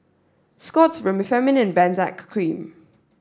Scott's Remifemin and Benzac cream